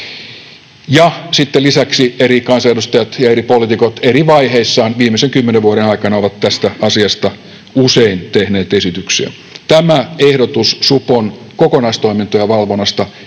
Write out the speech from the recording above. ja sitten lisäksi eri kansanedustajat ja eri poliitikot eri vaiheissa viimeisen kymmenen vuoden aikana ovat tästä asiasta usein tehneet esityksiä. Tämä ehdotus supon kokonaistoimintojen valvonnasta